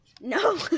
no